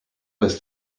was